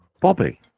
Bobby